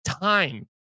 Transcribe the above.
time